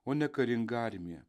o ne karinga armija